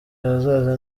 ahazaza